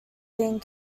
being